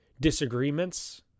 disagreements